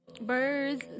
Birds